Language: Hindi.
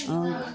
और